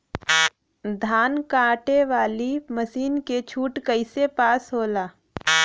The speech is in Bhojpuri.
धान कांटेवाली मासिन के छूट कईसे पास होला?